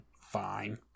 fine